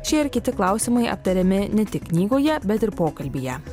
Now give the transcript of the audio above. šie ir kiti klausimai aptariami ne tik knygoje bet ir pokalbyje